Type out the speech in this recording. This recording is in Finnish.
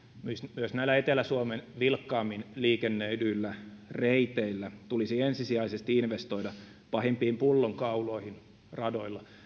myös näillä etelä suomen vilkkaammin liikennöidyillä reiteillä tulisi ensisijaisesti investoida pahimpiin pullonkauloihin radoilla